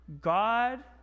God